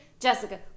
Jessica